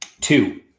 Two